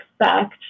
expect